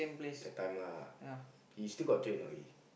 that time lah he still got trade or not he